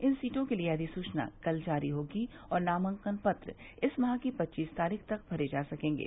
इन सीटों के लिए अधिसूचना कल जारी होगी और नामांकन पत्र इस माह की पच्चीस तारीख तक भरे जा सकेंगे